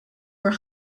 were